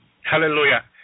Hallelujah